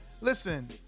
listen